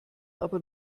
aber